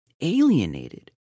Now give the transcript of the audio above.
alienated